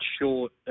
short